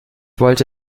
wollte